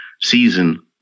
season